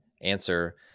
answer